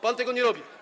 Pan tego nie robi.